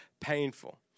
painful